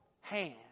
hand